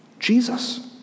Jesus